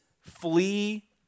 flee